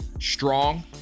Strong